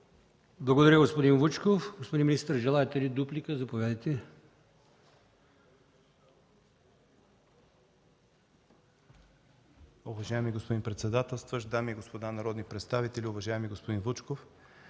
Благодаря, господин Вучков. Господин министър, желаете ли дуплика? Заповядайте.